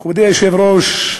מכובדי היושב-ראש,